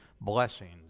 Blessings